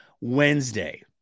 Wednesday